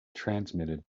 transmitted